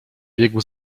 biegł